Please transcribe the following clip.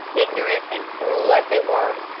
ignorant and cruel as they were,